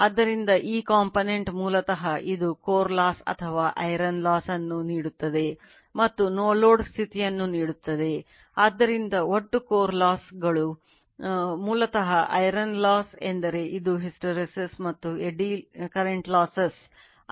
ಆದ್ದರಿಂದ ಇದು I0 sinΦ ಮತ್ತು ಈ Ic I0 cos Φ0 ಆಗಿರುತ್ತದೆ